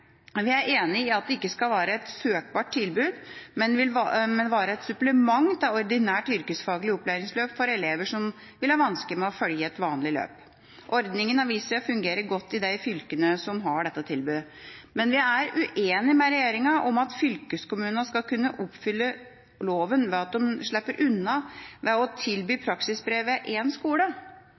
Vi er enig i at det ikke skal være et søkbart tilbud, men være et supplement til ordinært yrkesfaglig opplæringsløp for elever som vil ha vansker med å følge et vanlig løp. Ordningen har vist seg å fungere godt i de fylkene som har dette tilbudet. Men vi er uenig med regjeringa i at fylkeskommunene skal kunne oppfylle loven ved at man slipper unna med å tilby praksisbrev ved en skole.